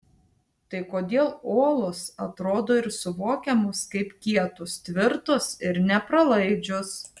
tai kodėl uolos atrodo ir suvokiamos kaip kietos tvirtos ir nepralaidžios